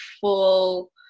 full